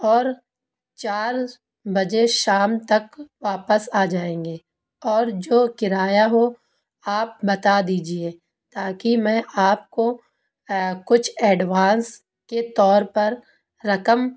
اور چار بجے شام تک واپس آ جائیں گے اور جو کرایہ ہو آپ بتا دیجیے تاکہ میں آپ کو کچھ ایڈوانس کے طور پر رقم